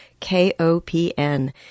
KOPN